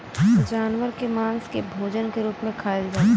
जानवर के मांस के भोजन के रूप में खाइल जाला